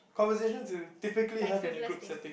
conversations you typically have in a group setting